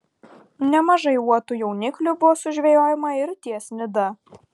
nemažai uotų jauniklių buvo sužvejojama ir ties nida